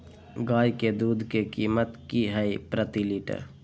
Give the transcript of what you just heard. गाय के दूध के कीमत की हई प्रति लिटर?